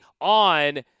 on